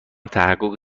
تحقق